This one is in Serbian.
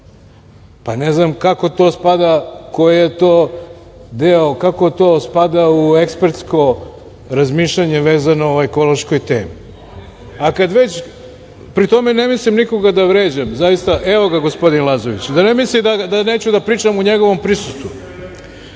je to deo, kako to spada u ekspertsko razmišljanje vezano o ekološkoj temi.A kad već, pri tome, ne mislim nikoga da vređam zaista, evo ga gospodin Lazović, da ne misli da neću da pričam u njegovom prisustvu.